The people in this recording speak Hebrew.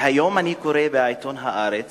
והיום אני קורא בעיתון "הארץ"